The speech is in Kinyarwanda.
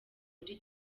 muri